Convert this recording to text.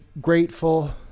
grateful